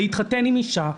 להתחתן עם אישה,